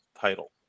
title